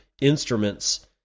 instruments